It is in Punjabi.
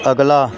ਅਗਲਾ